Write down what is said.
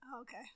okay